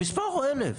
המספר הוא 1,000,